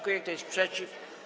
Kto jest przeciw?